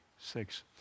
Six